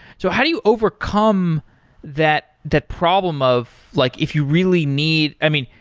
so how do you overcome that that problem of like if you really need i mean,